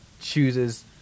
chooses